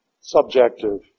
Subjective